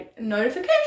notification